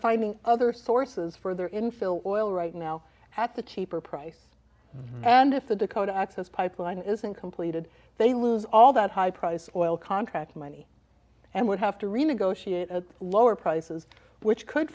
finding other sources for their infill oil right now at the cheaper price and if the dakota access pipeline isn't completed they lose all that high price oil contract money and would have to renegotiate at lower prices which could